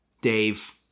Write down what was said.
Dave